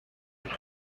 with